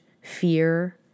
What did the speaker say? fear